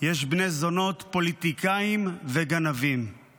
יש בני זונות / פוליטיקאים וגנבים /